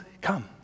come